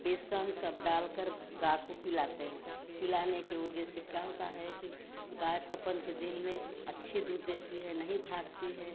बेसन सब डालकर गाय को पिलाते हैं पिलाने के वजह से क्या होता है कि गाय तपन के दिन में अच्छी दूध देती है नहीं भागती है